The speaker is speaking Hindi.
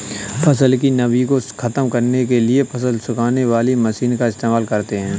फसल की नमी को ख़त्म करने के लिए फसल सुखाने वाली मशीन का इस्तेमाल करते हैं